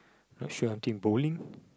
not sure I think bowling